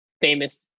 famous